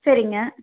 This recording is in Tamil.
சரிங்க